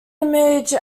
image